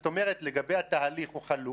זאת אומרת, לגבי התהליך הוא חלוק.